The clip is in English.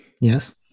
Yes